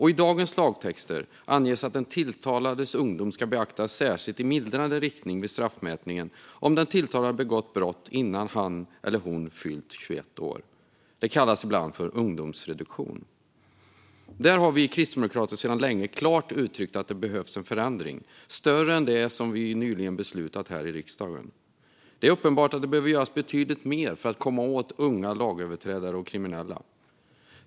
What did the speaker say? I dagens lagtext anges att den tilltalades ungdom ska beaktas särskilt i mildrande riktning vid straffmätningen om den tilltalade har begått brottet innan han eller hon fyllt 21 år. Det kallas ibland för ungdomsreduktion. Vi kristdemokrater har sedan länge klart uttryckt att det här behövs en förändring som är större än den vi nyligen har beslutat om här i riksdagen. Det är uppenbart att det måste göras betydligt mer för att komma åt unga lagöverträdare och kriminella.